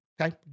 Okay